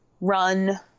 run